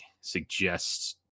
suggests